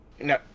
No